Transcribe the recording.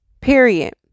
Period